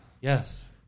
Yes